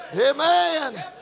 Amen